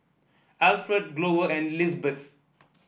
Alfredo Glover and Lizbeth